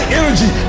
energy